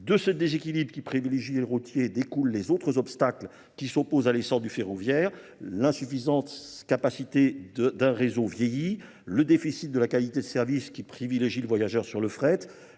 De ce déséquilibre qui privilégie les routiers découle les autres obstacles qui s'opposent à l'essent du ferroviaire, l'insuffisante capacité d'un réseau vieilli, le déficit de la qualité de service qui privilégie le voyageur sur le fret,